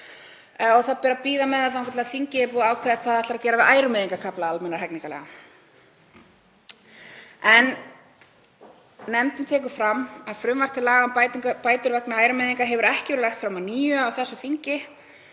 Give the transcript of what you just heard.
og það beri að bíða með það þangað til þingið er búið að ákveða hvað það ætlar að gera við ærumeiðingarkafla almennra hegningarlaga. Nefndin tekur fram að frumvarp til laga um bætur vegna ærumeiðinga hefur ekki verið lagt fram að nýju á þessu þingi.